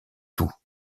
tout